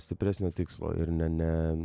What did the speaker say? stipresnio tikslo ir ne ne